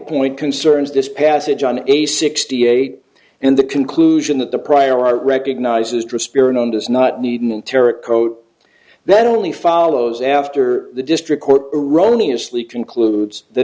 point concerns this passage on a sixty eight and the conclusion that the prior art recognizes dispirit on does not need an terror that only follows after the district court erroneous lee concludes that